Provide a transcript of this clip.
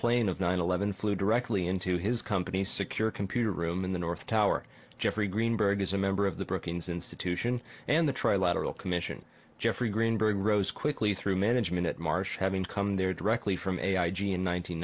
plane of nine eleven flew directly into his company's secure computer room in the north tower jeffrey greenberg is a member of the brookings institution and the trilateral commission geoffrey greenberg rose quickly through management at marsh having come there directly from a i g in